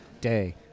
day